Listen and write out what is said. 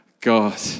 God